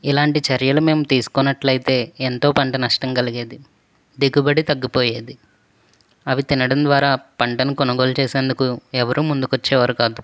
ఇలాంటి చర్యలు మేము తీసుకోనట్లయితే ఎంతో పంట నష్టం కలిగేది దిగుబడి తగ్గిపోయేది అవి తినడం ద్వారా పంటను కొనుగోలు చేసేందుకు ఎవరు ముందుకు వచ్చేవారు కాదు